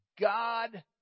God